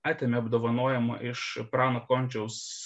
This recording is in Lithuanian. atėmė apdovanojimą iš prano končiaus